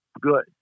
good